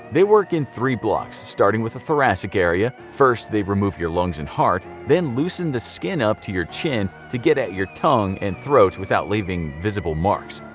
they work in three blocks, starting with the thoracic area. first they remove your lungs and heart, then loosen the skin up to your chin to get at your tongue and throat without leaving visible marks.